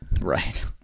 Right